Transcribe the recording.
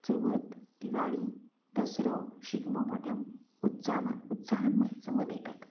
चवथ दिवाळी दसरो शिगमो मोठ्या उत्चामा उत्साहान म स् मनयतात